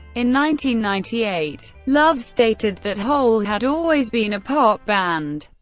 in ninety ninety eight, love stated that hole had always been a pop band.